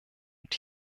und